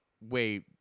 Wait